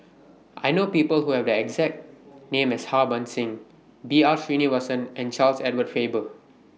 I know People Who Have The exact name as Harbans Singh B R Sreenivasan and Charles Edward Faber